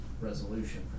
resolution